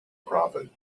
profit